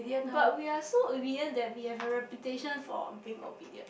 but we are so obedient that we have a reputation for being obedient